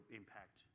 impact